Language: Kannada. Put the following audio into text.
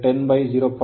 8 0